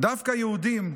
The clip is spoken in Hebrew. דווקא יהודים,